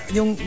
Yung